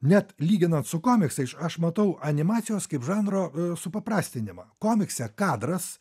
net lyginant su komiksais aš matau animacijos kaip žanro supaprastinimą komikse kadras